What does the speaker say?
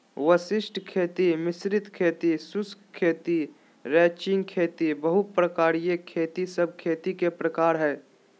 वशिष्ट खेती, मिश्रित खेती, शुष्क खेती, रैचिंग खेती, बहु प्रकारिय खेती सब खेती के प्रकार हय